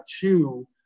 two